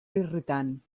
irritant